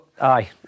Aye